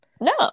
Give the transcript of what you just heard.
No